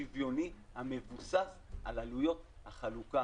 שוויוני, המבוסס על עלויות החלוקה בלבד.